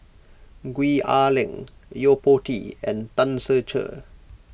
Gwee Ah Leng Yo Po Tee and Tan Ser Cher